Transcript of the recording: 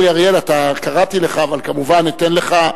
אורי אריאל, קראתי לך, אבל כמובן אתן לך.